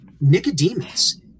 Nicodemus